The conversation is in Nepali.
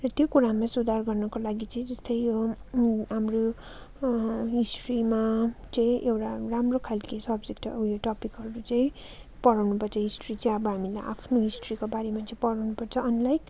र त्यो कुरामा सुधार गर्नको लागि चाहिँ जस्तै हाम्रो हिस्ट्रीमा चाहिँ एउटा राम्रो खालके सब्जेक्ट ऊ यो टपिकहरू चाहिँ पढाउनु पर्छ हिस्ट्री चाहिँ अब हामीले आफ्नो हिस्ट्रीको बारेमा चाहिँ पढाउनु पर्छ अनलाइक